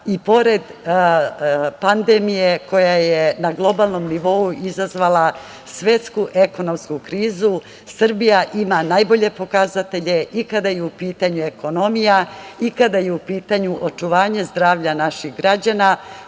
I pored pandemije koja je na globalnom nivou izazvala svetsku ekonomsku krizu, Srbija ima najbolje pokazatelje i kada je u pitanju ekonomija i kada je u pitanju čuvanje zdravlja naših građana,